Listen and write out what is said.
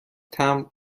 تمبر